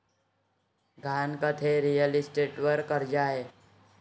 गहाणखत हे रिअल इस्टेटवर कर्ज आहे